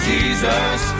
Jesus